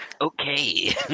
Okay